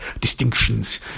distinctions